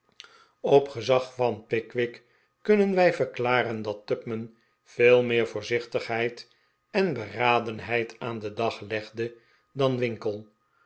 op gezag van pickwick kunnen wij verklaren dat tupman veel meer voorzichtigheid en beradenheid aan den dag legde dan winkle